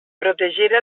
protegir